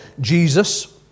Jesus